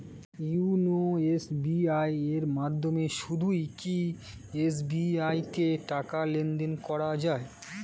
YONO SBI এর মাধ্যমে শুধুই কি এস.বি.আই তে টাকা লেনদেন করা যায়?